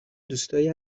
دوستایی